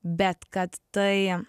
bet kad tai